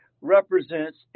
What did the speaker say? represents